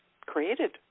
created